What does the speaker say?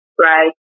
right